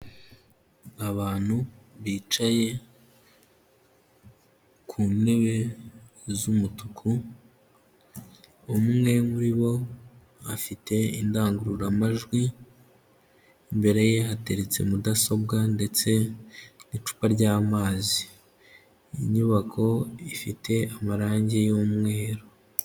Abantu bicaye ku ntebe z'umutuku, umwe muri bo afite indangururamajwi, imbere ye hateretse mudasobwa ndetse n'icupa ry'amazi, inyubako ifite amarange y'umweru.